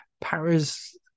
Paris